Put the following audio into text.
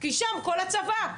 כי שם כל הצבא.